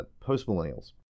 post-millennials